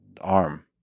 arm